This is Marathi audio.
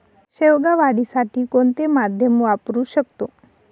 शेवगा वाढीसाठी कोणते माध्यम वापरु शकतो?